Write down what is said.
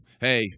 hey